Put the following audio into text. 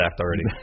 already